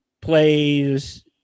plays